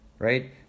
Right